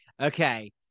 Okay